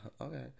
Okay